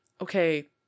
okay